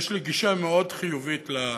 יש לי גישה מאוד חיובית ליהדות.